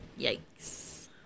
Yikes